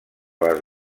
les